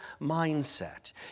mindset